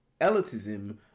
elitism